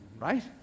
Right